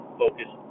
focus